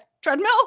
treadmill